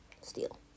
steal